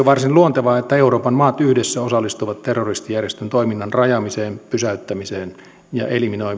varsin luontevaa että euroopan maat yhdessä osallistuvat terroristijärjestön toiminnan rajaamiseen pysäyttämiseen ja